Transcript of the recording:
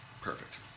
Perfect